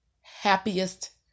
happiest